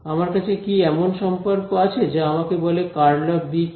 আমার কাছে কি এমন সম্পর্ক আছে যা আমাকে বলে ∇× B কি